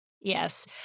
Yes